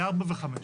ל-4 ו-5.